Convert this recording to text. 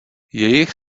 jejich